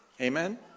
Amen